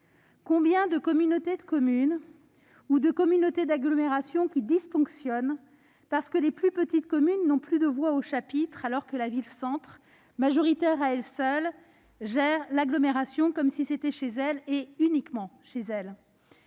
Combien de communautés de communes ou de communautés d'agglomération dysfonctionnent-elles, parce que les plus petites communes n'ont plus voix au chapitre et que la ville-centre, majoritaire à elle seule, gère l'agglomération comme si c'était chez elle, et uniquement chez elle ?